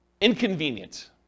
inconvenient